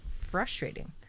frustrating